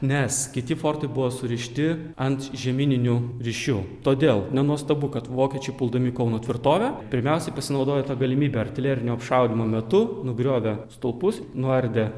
nes kiti fortai buvo surišti ant žemyninių ryšių todėl nenuostabu kad vokiečiai puldami kauno tvirtovę pirmiausia pasinaudojo ta galimybe artilerinio apšaudymo metu nugriovę stulpus nuardę